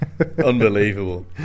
Unbelievable